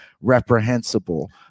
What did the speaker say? reprehensible